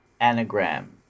anagram